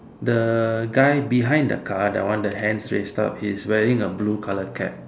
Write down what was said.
the guy behind the car the one the hands raised up his wearing a blue color cap